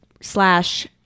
slash